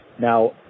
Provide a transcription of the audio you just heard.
Now